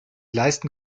leisten